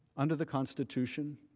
under the constitution,